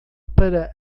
para